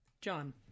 john